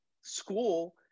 school